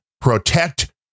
protect